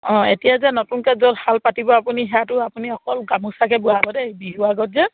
অঁ এতিয়া যে নতুনকে য'ত শাল পাতিব আপুনি আপুনি অকল গামোচাকে বোৱাব দেই এই বিহু আগত যে